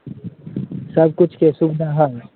सबकिछुके सुविधा हइ